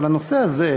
לנושא הזה,